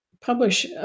publish